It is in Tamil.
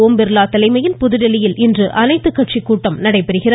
ஓம் பிர்லா தலைமையில் புதுதில்லியில் இன்று அனைத்துக்கட்சி கூட்டம் நடைபெறுகிறது